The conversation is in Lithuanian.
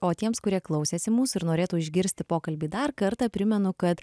o tiems kurie klausėsi mūsų ir norėtų išgirsti pokalbį dar kartą primenu kad